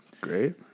Great